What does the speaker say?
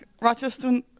Rochester